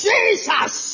Jesus